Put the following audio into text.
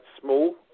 small